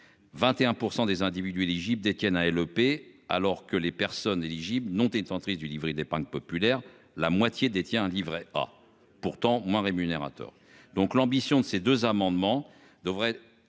21% des individus éligible détiennent à et le P. alors que les personnes éligibles non détentrice du livret d'épargne populaire la moitié détient un livret A pourtant moins rémunérateurs. Donc l'ambition de ces deux amendements devrait devrait